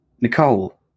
Nicole